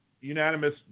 unanimous